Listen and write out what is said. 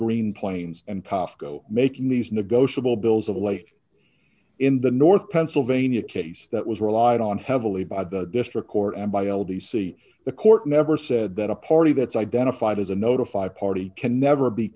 green plains and pasco making these negotiable bills of late in the north pennsylvania case that was relied on heavily by the district court and by l d c the court never said that a party that's identified as a notified party can never be